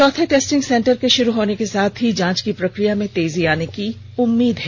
चौथे testing centre के शुरू होने के साथ ही जांच की प्रक्रिया में तेजी आने की उम्मीद है